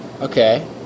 Okay